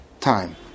time